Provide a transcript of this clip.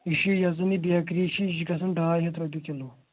یہِ چھِ یۄس زَن یہِ بیکری چھِ یہِ چھِ گژھان ڈاے ہَتھ رۄپیہِ کِلوٗ